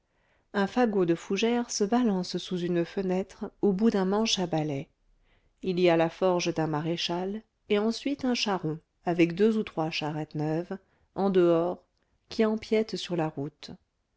un fagot de fougères se balance sous une fenêtre au bout d'un manche à balai il y a la forge d'un maréchal et ensuite un charron avec deux ou trois charrettes neuves en dehors qui empiètent sur la route